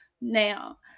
Now